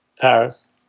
Paris